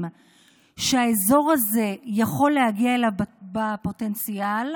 שהאזור הזה יכול להגיע אליו בפוטנציאל.